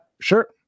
Sure